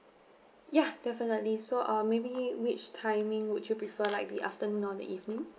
ya definitely so uh maybe which timing would you prefer like the afternoon or the evening